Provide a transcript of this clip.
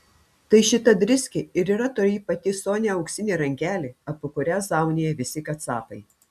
tai šita driskė ir yra toji pati sonia auksinė rankelė apie kurią zaunija visi kacapai